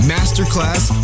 Masterclass